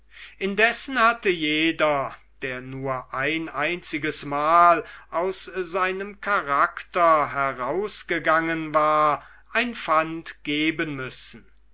indessen hatte jeder der nur ein einziges mal aus seinem charakter herausgegangen war ein pfand geben müssen